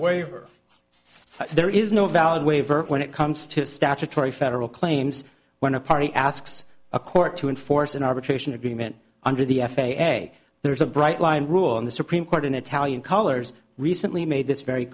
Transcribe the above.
waiver there is no valid waiver when it comes to statutory federal claims when a party asks a court to enforce an arbitration agreement under the f a a there is a bright line rule in the supreme court in italian colors recently made this very